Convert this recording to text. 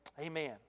Amen